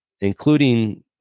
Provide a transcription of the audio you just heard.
including